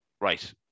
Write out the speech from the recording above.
Right